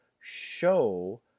show